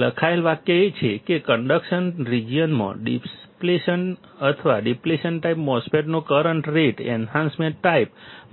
લખાયેલ વાક્ય એ છે કે કન્ડક્શન રિજિયનમાં ડીપ્લેશન અથવા ડીપ્લેશન ટાઈપ MOSFET નો કરંટ રેટ એન્હાન્સમેન્ટ ટાઈપ